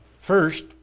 first